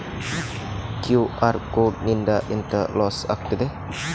QR code ನಿಂದ ಎಂತ loss ಆಗ್ತದೆ?